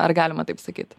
ar galima taip sakyt